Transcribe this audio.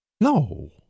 No